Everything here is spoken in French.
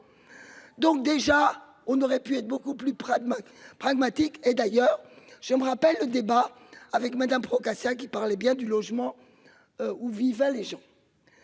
Donc déjà on aurait pu être beaucoup plus pragmatique pragmatique et d'ailleurs je me rappelle le débat avec Madame Procaccia qui parlait bien du logement. Où vivaient les gens.